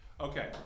Okay